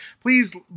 Please